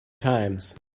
times